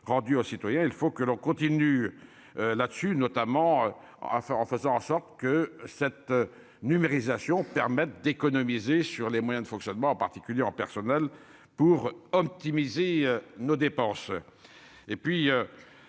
rendu aux citoyens, il faut que l'on continue là-dessus notamment à ça en faisant en sorte que cette numérisation permet d'économiser sur les moyens de fonctionnement, en particulier en personnel pour optimiser nos dépenses